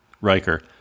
Riker